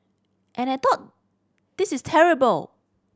and I thought this is terrible